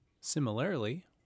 Similarly